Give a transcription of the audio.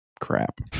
crap